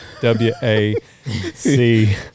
w-a-c